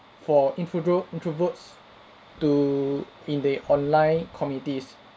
for introverts introverts to in the online communities